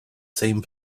same